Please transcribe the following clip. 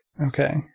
Okay